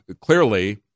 clearly –